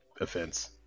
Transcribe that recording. offense